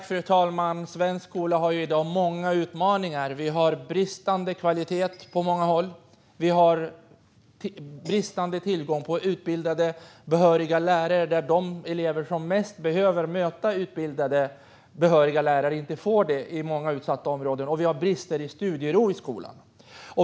Fru talman! Svensk skola har i dag många utmaningar. Vi har bristande kvalitet på många håll, och vi har bristande tillgång på utbildade och behöriga lärare. De elever som mest behöver möta utbildade och behöriga lärare får inte det i många utsatta områden. Vi har också bristande studiero i skolan.